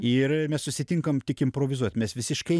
ir mes susitinkam tik improvizuot mes visiškai